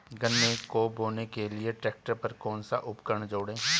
गन्ने को बोने के लिये ट्रैक्टर पर कौन सा उपकरण जोड़ें?